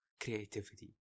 creativity